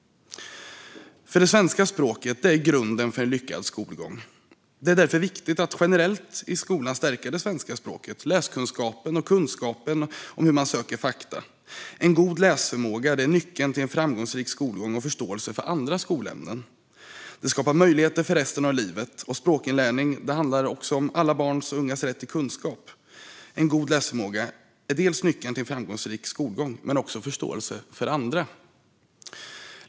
Svenska språket är grunden för en lyckad skolgång. Det är därför viktigt att generellt i skolan stärka det svenska språket, läskunskapen och kunskapen om hur man söker fakta. En god läsförmåga är nyckeln till en framgångsrik skolgång och förståelse för andra skolämnen. Det skapar möjligheter för resten av livet. Språkinlärning handlar också om alla barns och ungas rätt till kunskap. En god läsförmåga är nyckeln till en framgångsrik skolgång och till förståelse för andra.